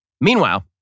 Meanwhile